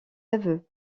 aveux